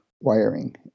wiring